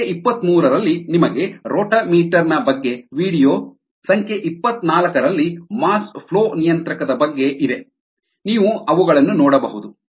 ಸಂಖ್ಯೆ ಇಪ್ಪತ್ತಮೂರರಲ್ಲಿ ನಿಮಗೆ ರೋಟಮೀಟರ್ ನ ಬಗ್ಗೆ ವೀಡಿಯೊ ಸಂಖ್ಯೆ ಇಪತ್ತನಾಲ್ಕರಲ್ಲಿ ಮಾಸ್ ಫ್ಲೋ ನಿಯಂತ್ರಕದ ಬಗ್ಗೆ ಇದೆ ನೀವು ಅವುಗಳನ್ನು ನೋಡ ಬಹುದು